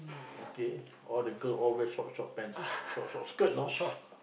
okay all the girl all wear short short pants short short skirt know